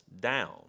down